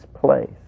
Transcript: place